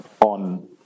on